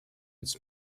its